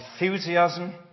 enthusiasm